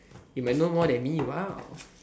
you might know more than me !wow!